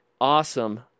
Awesome